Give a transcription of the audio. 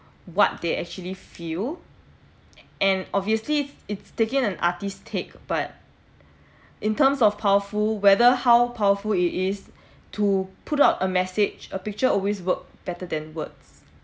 what they actually feel and obviously it's taking an artist's take but in terms of powerful whether how powerful it is to put out a message a picture always worked better than words